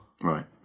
Right